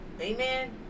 Amen